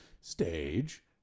stage